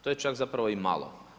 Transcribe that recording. To je čak zapravo i malo.